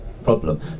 problem